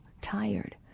tired